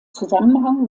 zusammenhang